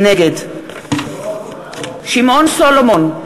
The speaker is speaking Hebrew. נגד שמעון סולומון,